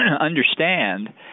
understand